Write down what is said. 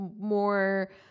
more